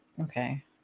okay